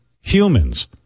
humans